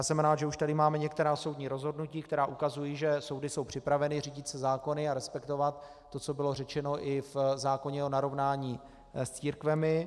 Jsem rád, že už tady máme některá soudní rozhodnutí, která ukazují, že soudy jsou připraveny řídit se zákony a respektovat to, co bylo řečeno i v zákoně o narovnání s církvemi.